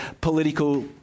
political